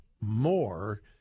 more